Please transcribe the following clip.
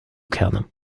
kerne